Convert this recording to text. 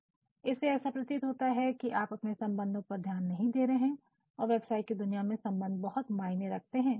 " इससे ऐसा प्रतीत होता है कि आप अपने संबंधों पर ध्यान नहीं दे रहे और व्यवसाय की दुनिया में संबंध बहुत मायने रखते हैं